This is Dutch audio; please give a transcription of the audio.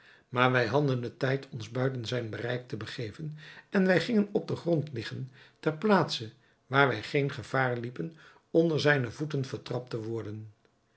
maar wij hadden den tijd ons buiten zijn bereik te begeven en wij gingen op den grond liggen ter plaatse waar wij geen gevaar liepen onder zijne voeten vertrapt te worden